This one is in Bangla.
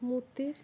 মূর্তির